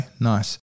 Nice